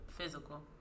physical